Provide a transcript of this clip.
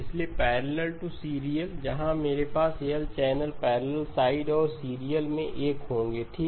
इसलिए parallel to serial जहां मेरे पास L चैनल पैरलल साइड में और सीरियल में 1 होंगे ठीक